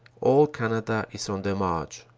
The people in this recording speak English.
all canada is on the march.